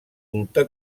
culte